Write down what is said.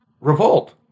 revolt